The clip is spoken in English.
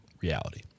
reality